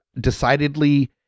decidedly